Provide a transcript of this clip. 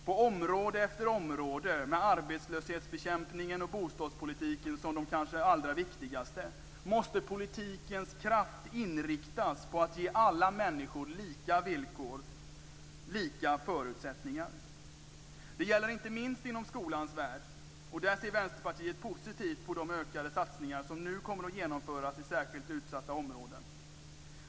På område efter område - med arbetslöshetsbekämpningen och bostadspolitiken som de kanske allra viktigaste - måste politikens kraft inriktas på att ge alla människor lika villkor, lika förutsättningar. Det gäller inte minst inom skolans värld, och där ser Vänsterpartiet positivt på de ökade satsningar som nu kommer att genomföras i särskilt utsatta områden.